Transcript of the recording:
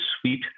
suite